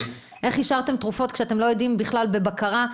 איך אישרתם תרופות כשאתם לא יודעים בכלל בבקרה?